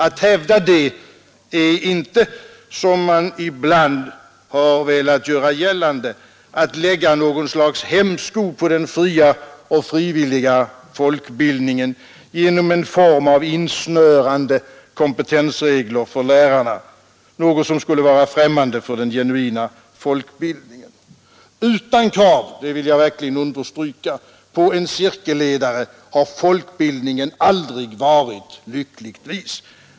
Att hävda det är inte, som man ibland velat göra gällande, att lägga något slags hämsko på den fria och frivilliga folkbildningen genom att införa insnörande kompetensregler för lärarna, något som skulle vara främmande för den genuina folkbildningen. Utan krav — det vill jag verkligen understryka — på en cirkelledare har folkbildningen lyckligtvis aldrig varit.